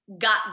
got